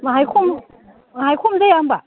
बाहाय खम बाहाय खम जाया होनबा